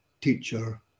teacher